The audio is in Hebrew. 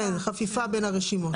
כן, חפיפה בין הרשימות.